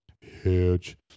Huge